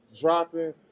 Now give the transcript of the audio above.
dropping